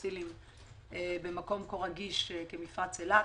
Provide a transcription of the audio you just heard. פוסיליים במקום כה רגיש כמפרץ אילת,